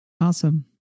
Awesome